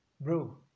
Bro